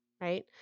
right